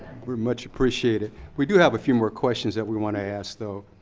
we much appreciate it. we do have a few more questions that we wanna ask, though.